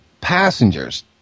passengers